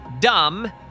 dumb